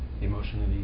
emotionally